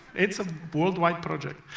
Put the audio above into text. it's a worldwide project.